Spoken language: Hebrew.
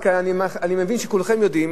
ואני מבין שכולכם יודעים,